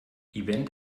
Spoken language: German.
event